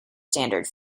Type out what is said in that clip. standard